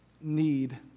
need